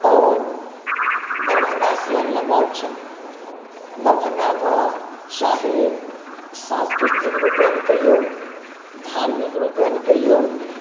आओर दरभंगासँ लगाव छनि दरभंगामे चाहे सांस्कृतिक रूपेण कहियौ धार्मिक रूपेण कहियौ